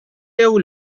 jew